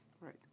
Right